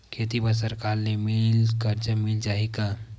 खेती बर सरकार ले मिल कर्जा मिल जाहि का?